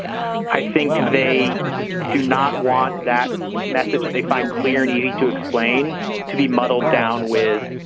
i think they do not want that message that they find clear and easy to explain to be muddled down with